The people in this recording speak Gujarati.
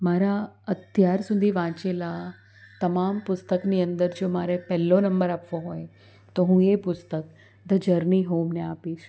મારા અત્યાર સુધી વાંચેલા તમામ પુસ્તકની અંદર જો મારે પહેલો નંબર આપવો હોય તો હું એ પુસ્તક ધ જર્ની હોમને આપીશ